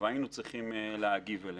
והיינו צריכים להגיב.